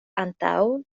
antaŭ